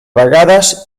vegades